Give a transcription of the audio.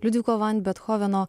liudviko van bethoveno